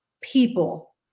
people